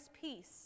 peace